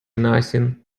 nothing